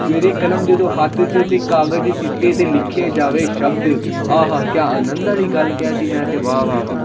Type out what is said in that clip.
ਸਵੇਰੇ ਕਲਮ ਜਦੋਂ ਹੱਥ 'ਚ ਅਤੇ ਕਾਗਜ਼ ਚਿੱਟੇ 'ਤੇ ਲਿਖੇ ਜਾਵੇ ਸ਼ਬਦ ਆਹਾ ਕਿਆ ਆਨੰਦ ਵਾਲੀ ਗੱਲ ਕਹਿ ਦਿੱਤੀ ਮੈਂ ਅਤੇ ਵਾਹ ਵਾਹ ਵਾਹ